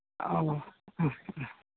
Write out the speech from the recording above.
ꯑꯧ ꯑꯥ ꯑꯥ